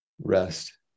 rest